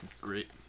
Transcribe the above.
Great